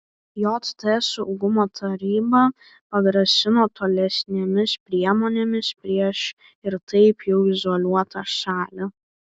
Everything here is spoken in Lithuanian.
jt saugumo taryba pagrasino tolesnėmis priemonėmis prieš ir taip jau izoliuotą šalį